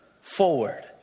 forward